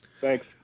Thanks